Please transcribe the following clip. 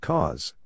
Cause